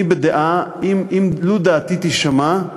אני בדעה, לו דעתי תישמע,